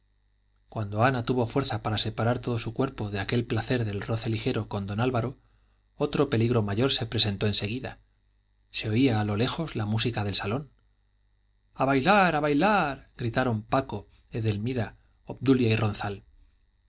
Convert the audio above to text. cuando ana tuvo fuerza para separar todo su cuerpo de aquel placer del roce ligero con don álvaro otro peligro mayor se presentó en seguida se oía a lo lejos la música del salón a bailar a bailar gritaron paco edelmira obdulia